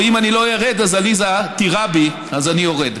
ואם אני לא ארד, אז עליזה תירה בי, אז אני יורד.